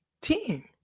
team